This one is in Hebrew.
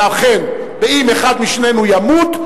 ואם אחד משנינו ימות,